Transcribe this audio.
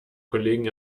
kollegen